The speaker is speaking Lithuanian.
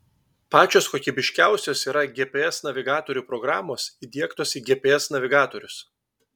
pačios kokybiškiausios yra gps navigatorių programos įdiegtos į gps navigatorius